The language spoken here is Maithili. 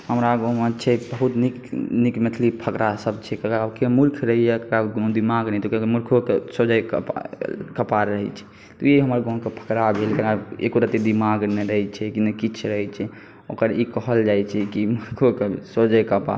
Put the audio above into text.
हमरा गाँममे छै बहुत नीक नीक मैथिली फकरा सब छै ककरा केओ मूर्ख रहैया ककरो दिमाग नहि तऽ मूर्खोके सोझे कपार रहै छै तँ ई हमर गाँमके फकरा भेल एकरा एको रती दिमाग नहि रहै छै ने किछु रहै छै ओकरा ई कहल जाइ छै कि मूर्खोके सोझहि कपार